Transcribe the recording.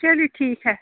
چلیئے ٹھیک ہے